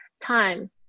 time